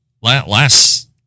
Last